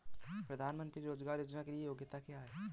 प्रधानमंत्री रोज़गार योजना के लिए योग्यता क्या है?